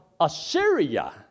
Assyria